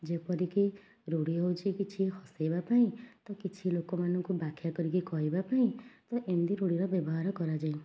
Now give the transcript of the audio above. ଯେପରିକି ରୂଢ଼ି ହେଉଛି କିଛି ହସେଇବା ପାଇଁ ତ କିଛି ଲୋକମାନଙ୍କୁ ବ୍ୟାଖ୍ୟା କରିକି କହିବା ପାଇଁ ତ ଏମିତି ରୂଢ଼ିର ବ୍ୟବହାର କରାଯାଏ